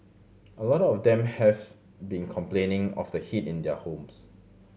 a lot of them have been complaining of the heat in their homes